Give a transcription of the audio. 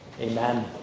Amen